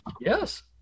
Yes